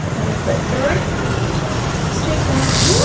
other foot forward straight back